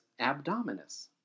abdominis